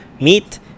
meat